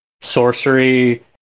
sorcery